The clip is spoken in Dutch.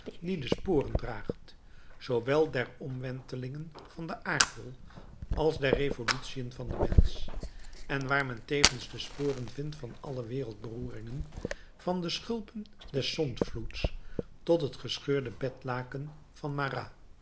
die de sporen draagt zoowel der omwentelingen van den aardbol als der revolutiën van de menschen en waar men tevens de sporen vindt van alle wereldberoeringen van de schulpen des zondvloeds tot het gescheurde bedlaken van marat